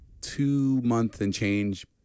two-month-and-change